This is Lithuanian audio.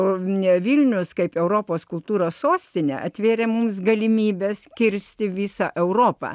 o ne vilnius kaip europos kultūros sostine atvėrė mums galimybes kirsti visą europą